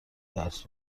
درس